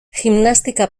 gimnastika